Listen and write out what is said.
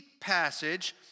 passage